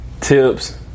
tips